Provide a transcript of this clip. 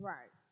Right